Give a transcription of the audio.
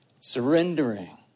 Surrendering